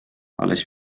alles